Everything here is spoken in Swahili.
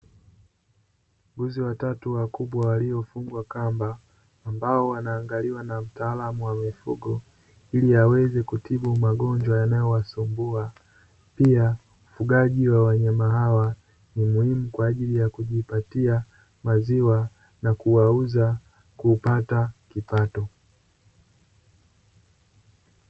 Mbuzi watatu wakubwa waliofungwa kamba, ambao wanaangaliwa na mtaalamu wa mifugo. Ili aweze kutibu magonjwa yanaowasumbua. Pia ufugaji wa wanyama hawa ni muhimu kwa ajili ya kujipatia maziwa, na kuwauza kupata kipato.